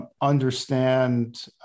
understand